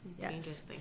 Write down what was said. yes